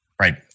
right